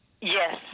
yes